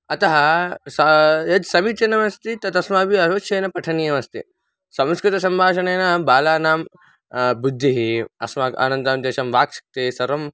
अतः सा यत् समीचीनमस्ति तत् अस्माभिः अवश्यमेव पठनीयमस्ति संस्कृतसम्भाषणेन बालानां बुद्धिः अस्माकं अनन्तरं तेषां वाक्शक्तिः सर्वं